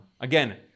Again